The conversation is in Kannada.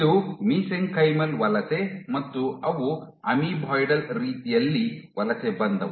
ಇದು ಮಿಸೆಂಕೈಮಲ್ ವಲಸೆ ಮತ್ತು ಅವು ಅಮೀಬಾಯ್ಡಲ್ ರೀತಿಯಲ್ಲಿ ವಲಸೆ ಬಂದವು